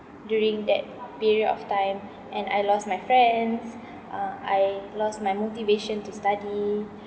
during that period of time and I lost my friends uh I lost my motivation to study